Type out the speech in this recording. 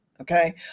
Okay